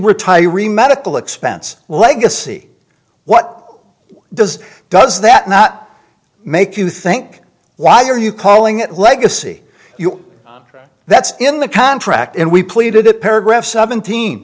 retiring medical expense legacy what does does that not make you think why are you calling it legacy you that's in the contract and we pleaded that paragraph seventeen